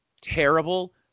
terrible